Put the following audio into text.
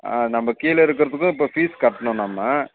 ஆ நம்ம கீழே இருக்கிறத்துக்கும் இப்போ ஃபீஸ் கட்டணும் நம்ம